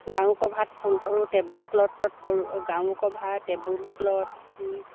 গাৰুকভাৰত ফুল কৰোঁ টেবুলক্লথত কৰোঁ অঁ গাৰুকভাৰ টেবুলক্লথ